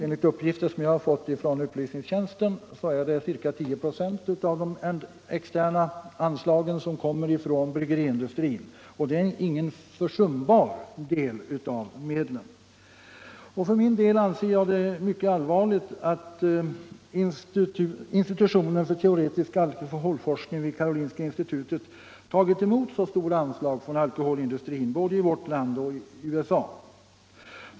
Enligt uppgifter som jag har fått från riksdagens upplysningstjänst kommer ca 10 94 av de externa anslagen från bryggeriindustrin, och det är ingen försumbar del av medlen. För min del anser jag det mycket allvarligt att institutionen för teoretisk alkoholforskning vid Karolinska institutet tagit emot så stora anslag från alkoholindustrin både i vårt land och i USA.